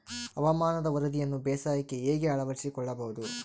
ಹವಾಮಾನದ ವರದಿಯನ್ನು ಬೇಸಾಯಕ್ಕೆ ಹೇಗೆ ಅಳವಡಿಸಿಕೊಳ್ಳಬಹುದು?